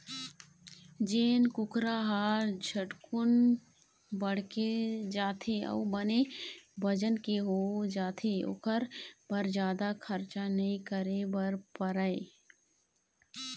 जेन कुकरा ह झटकुन बाड़गे जाथे अउ बने बजन के हो जाथे ओखर बर जादा खरचा नइ करे बर परय